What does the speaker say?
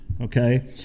Okay